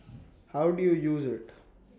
how do you use IT